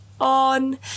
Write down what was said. on